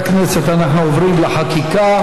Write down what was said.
חברי הכנסת, אנחנו עוברים לחקיקה.